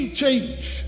change